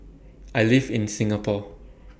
I live in Singapore